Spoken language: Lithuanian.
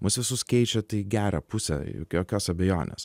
mus visus keičia tai į gerą pusę juk jokios abejonės